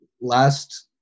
Last